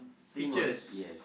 peaches